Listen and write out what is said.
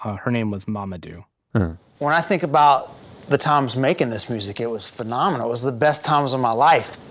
ah her name was mama do when i think about the times making this music, it was phenomenal. it was the best times of my life.